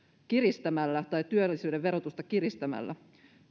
kiristämällä tai työllisyyden verotusta kiristämällä